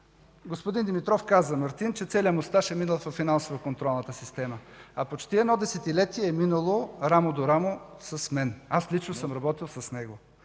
Мартин Димитров каза, че целият му стаж е минал във финансово-контролната система. А почти едно десетилетие е минало рамо до рамо с мен. Аз лично съм работил с него.